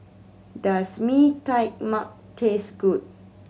does Mee Tai Mak taste good